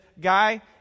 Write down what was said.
guy